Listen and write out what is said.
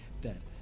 dead